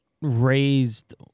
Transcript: raised